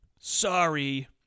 Sorry